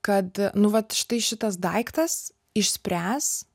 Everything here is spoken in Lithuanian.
kad nu vat štai šitas daiktas išspręs